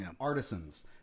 artisans